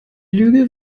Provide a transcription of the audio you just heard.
lüge